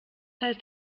heißt